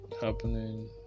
happening